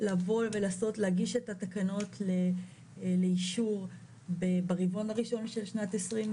לבוא ולהגיש את התקנות לאישור ברבעון הראשון של שנת 2022